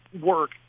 work